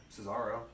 Cesaro